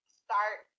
start